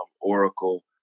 Oracle